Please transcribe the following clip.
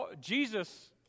Jesus